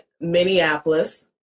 Minneapolis